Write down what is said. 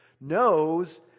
knows